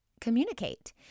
communicate